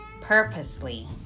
purposely